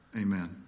Amen